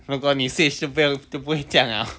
where got 你 switch 就不要都不会这样了